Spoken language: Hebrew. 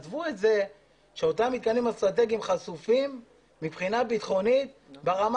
עזבו את זה שאותם מתקנים אסטרטגיים חשופים מבחינה ביטחונית ברמה